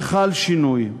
שחל שינוי.